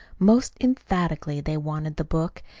most emphatically they wanted the book,